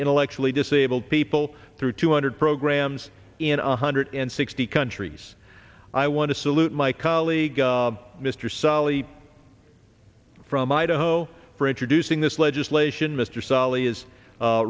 intellectually disabled people through two hundred programs in a hundred and sixty countries i want to salute my colleague mr sully from idaho for introducing this legislation mr sali is